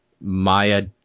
Maya